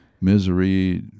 misery